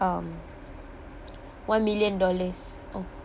um one million dollars oh